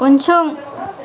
उनसं